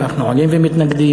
אנחנו עולים ומתנגדים,